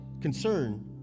concern